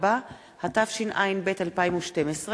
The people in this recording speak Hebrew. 4), התשע"ב 2012,